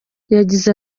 yagize